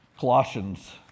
Colossians